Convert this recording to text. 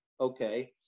okay